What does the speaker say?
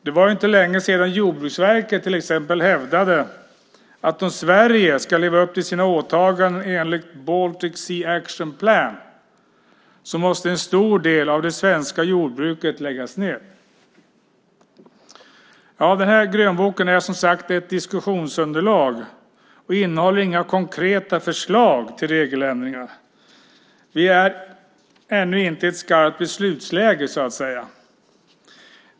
Det var inte länge sedan som till exempel Jordbruksverket hävdade att om Sverige ska kunna leva upp till sina åtaganden enligt Baltic Sea Action Plan måste en stor del av det svenska jordbruket läggas ned. Grönboken är som sagt ett diskussionsunderlag och innehåller inga konkreta förslag till regeländringar. Vi är ännu inte i ett skarpt beslutsläge så att säga.